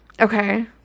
Okay